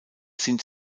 sind